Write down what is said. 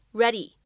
ready